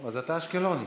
אז אתה אשקלוני?